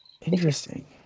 Interesting